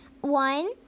One